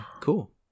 cool